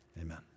Amen